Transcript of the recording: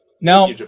Now